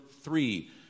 three